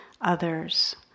others